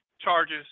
charges